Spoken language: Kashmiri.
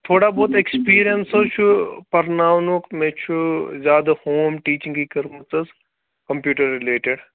تھوڑا بہت اٮ۪کٕسپیٖریَنٕس حظ چھُ پَرناونُک مےٚ چھُ زیادٕ ہوم ٹیٖچِنٛگٕے کٔرمٕژ حظ کَمپیوٗٹَر رِلیٹِڈ